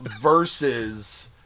versus